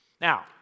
Now